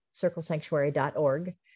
circlesanctuary.org